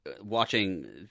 Watching